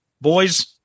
boys